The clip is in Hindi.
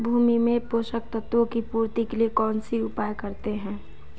भूमि में पोषक तत्वों की पूर्ति के लिए कौनसा उपाय करते हैं?